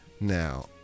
Now